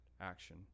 action